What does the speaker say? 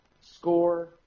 score